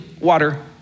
water